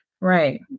right